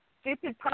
stupid